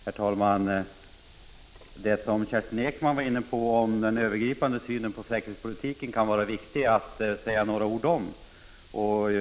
Herr talman! Det som Kerstin Ekman var inne på om den övergripande synen på säkerhetspolitiken kan det vara viktigt att säga några ord om.